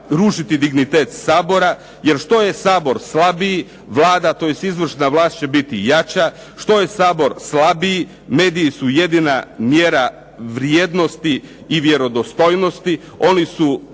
rušiti dignitet Sabora, jer što je Sabor slabiji Vlada tj. izvršna vlast će biti jača, što je Sabor slabiji mediji su jedina mjera vrijednosti i vjerodostojnosti. Oni su